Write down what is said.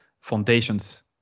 foundations